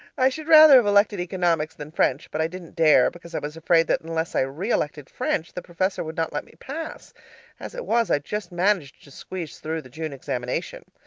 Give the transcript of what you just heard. i should rather have elected economics than french, but i didn't dare, because i was afraid that unless i re-elected french, the professor would not let me pass as it was, i just managed to squeeze through the june examination.